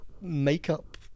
makeup